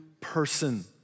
person